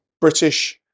British